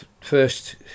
first